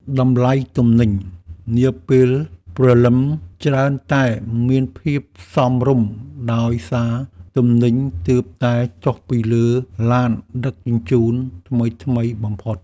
តម្លៃទំនិញនាពេលព្រលឹមច្រើនតែមានភាពសមរម្យដោយសារទំនិញទើបតែចុះពីលើឡានដឹកជញ្ជូនថ្មីៗបំផុត។